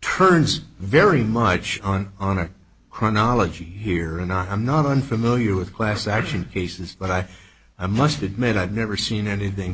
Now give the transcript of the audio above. turns very much on on a chronology here and i'm not unfamiliar with class action cases but i i must admit i've never seen anything